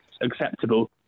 acceptable